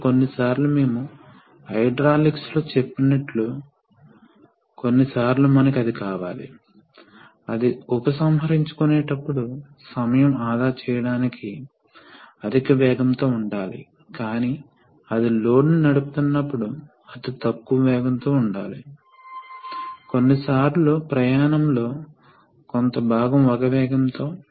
కాబట్టి ఏమి జరుగుతుందో చూద్దాం పైలట్ ప్రెషర్ ఎలా నిర్ణయించబడుతుంది చూద్దాం కాబట్టి పైలట్ సర్క్యూట్ చూద్దాం ఇది పైలట్ లైన్ డాష్ చేయబడింది అక్కడ directional valve solenoid operated valve ఉన్నాయి అక్కడ సింబల్స్ మరియు రెండు స్ప్రింగ్లు ఉన్నాయని చూడవచ్చు రెండు సోలేనాయిడ్లు ఆఫ్ అయినప్పుడు రెండు స్ప్రింగ్లు నెట్టబడతాయి మరియు ఇది మధ్యలో కేంద్రీకృతమై ఉంచుతుంది